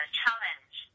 challenge